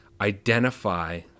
Identify